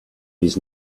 his